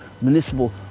municipal